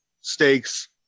stakes